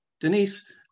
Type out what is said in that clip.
Denise